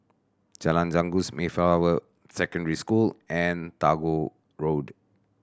Jalan Janggus Mayflower Secondary School and Tagore Road